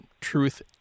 truth